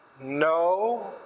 No